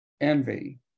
envy